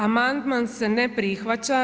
Amandman se ne prihvaća.